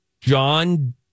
John